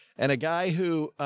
and a guy who,